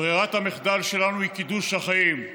ברירת המחדל שלנו היא קידוש החיים,